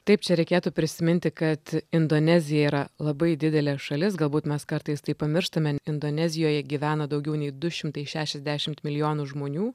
taip čia reikėtų prisiminti kad indonezija yra labai didelė šalis galbūt mes kartais tai pamirštame indonezijoje gyvena daugiau nei du šimtai šešiasdešimt milijonų žmonių